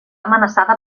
amenaçada